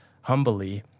humbly